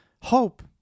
hope